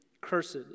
Cursed